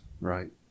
right